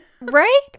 Right